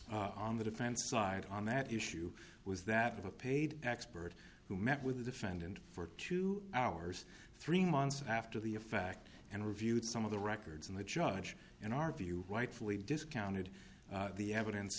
voice on the defense side on that issue was that of a paid expert who met with the defendant for two hours three months after the a fact and reviewed some of the records and the judge in our view rightfully discounted the evidence